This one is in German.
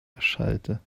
erschallte